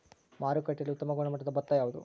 ಮಾರುಕಟ್ಟೆಯಲ್ಲಿ ಉತ್ತಮ ಗುಣಮಟ್ಟದ ಭತ್ತ ಯಾವುದು?